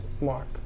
Mark